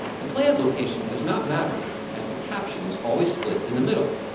the playhead location does not matter as the caption is always split in the middle.